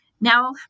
now